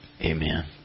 Amen